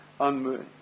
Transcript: unmoved